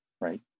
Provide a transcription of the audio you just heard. right